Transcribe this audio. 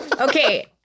Okay